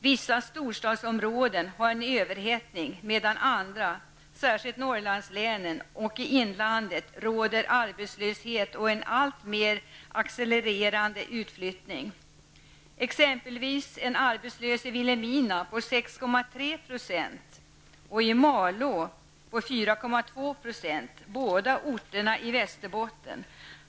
Vissa storstadsområden har en överhettning medan det i andra regioner, särskilt i Norrlandslänen och inlandet, råder arbetslöshet och en alltmer accelererande utflyttning. I Vilhelmina finns det t.ex. en arbetslöshet på 6,3 %, och i Malå än arbetslösheten 4,2 %. Båda dessa orter ligger i Västerbotten.